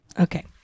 Okay